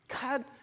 God